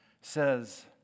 says